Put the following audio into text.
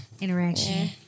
interaction